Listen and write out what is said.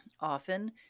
often